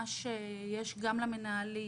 שיש גם למנהלים,